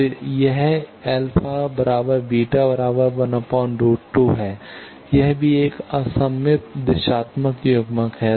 तो यह यह भी एक असममित दिशात्मक युग्मक है